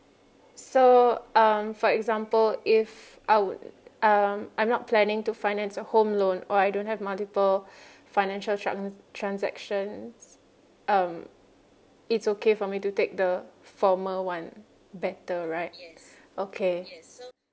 so um for example if I would um I'm not planning to finance a home loan or I don't have multiple financial trans~ transactions um it's okay for me to take the former one better right okay